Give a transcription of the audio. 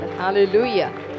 hallelujah